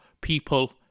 people